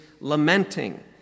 lamenting